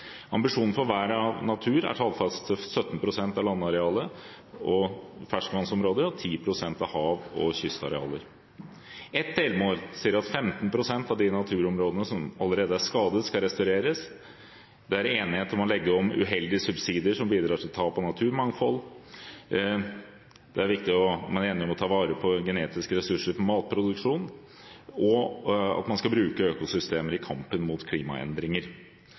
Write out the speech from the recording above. Ambisjonen for vern av natur er tallfestet til 17 pst. av landarealet og ferskvannsområder og 10 pst. av hav- og kystarealer. Et delmål sier at 15 pst. av de naturområdene som allerede er skadet, skal restaureres. Det er enighet om å legge om uheldige subsidier som bidrar til tap av naturmangfold. Man er enig om å ta vare på genetiske ressurser for matproduksjon og om at man skal bruke økosystemer i kampen mot klimaendringer.